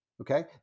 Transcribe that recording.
Okay